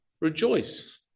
rejoice